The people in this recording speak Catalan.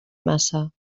massa